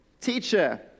teacher